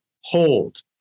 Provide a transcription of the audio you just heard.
hold